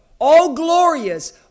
all-glorious